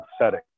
setting